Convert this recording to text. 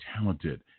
talented